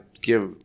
give